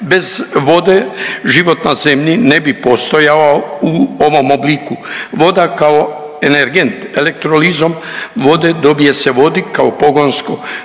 Bez vode život na zemlji ne bi postojao u ovom obliku. Voda kao energent elektrolizom vode dobije se vodik kao pogonsko